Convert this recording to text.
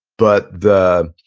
but the